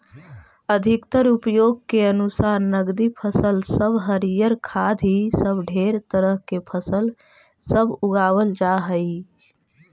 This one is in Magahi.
अधिकतर उपयोग के अनुसार नकदी फसल सब हरियर खाद्य इ सब ढेर तरह के फसल सब उगाबल जा हई